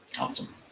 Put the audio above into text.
Awesome